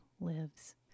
lives